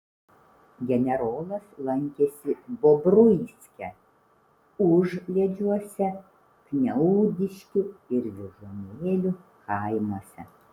generolas lankėsi bobruiske užliedžiuose kniaudiškių ir vyžuonėlių kaimuose